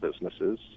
businesses